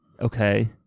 okay